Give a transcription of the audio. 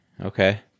okay